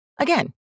Again